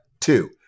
two